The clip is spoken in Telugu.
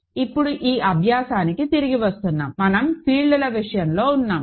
కాబట్టి ఇప్పుడు ఈ అభ్యాసానికి తిరిగి వస్తున్నాము మనం ఫీల్డ్ల విషయంలో ఉన్నాము